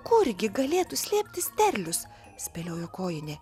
kurgi galėtų slėptis derlius spėliojo kojinė